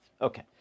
Okay